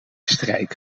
strijk